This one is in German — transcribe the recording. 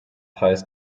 heißt